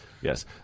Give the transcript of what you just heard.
Yes